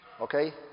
Okay